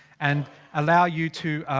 and allow you to